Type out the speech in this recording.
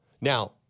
Now